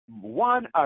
One